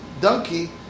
donkey